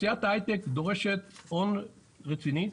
תעשיית ההיי-טק דורשת הון רציני.